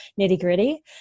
nitty-gritty